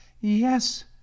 Yes